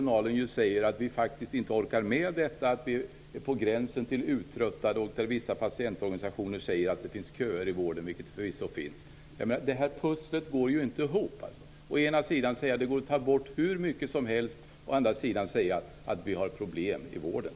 Där säger ju personalen att de faktiskt inte orkar med detta och att de är på gränsen till uttröttade. Vissa patientorganisationer säger att det finns köer i vården, vilket det förvisso finns. Det här pusslet går ju inte ihop. Man kan inte å ena sida säga att det går att ta bort hur mycket som helst och å andra sidan säga att vi har problem i vården.